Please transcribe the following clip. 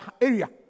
area